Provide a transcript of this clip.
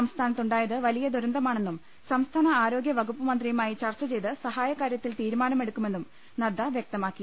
സംസ്ഥാനത്ത് ഉണ്ടായത് വലിയ ദുരന്തമാണെന്നും സംസ്ഥാന ആരോഗൃ വകുപ്പുമന്ത്രി യുമായി ചർച്ച ചെയ്ത് സഹായകാര്യത്തിൽ തീരുമാന മെടുക്കുമെന്നും നദ്ദ വൃക്തമാക്കി